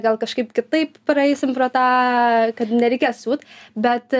gal kažkaip kitaip praeisim pro tą kad nereikės siūt bet